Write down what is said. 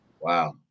Wow